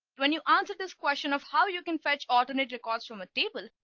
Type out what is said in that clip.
when you answer this question of how you can fetch alternate records from a table.